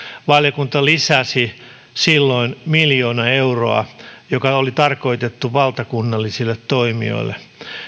valiokunta lisäsi silloin miljoona euroa joka oli tarkoitettu valtakunnallisille toimijoille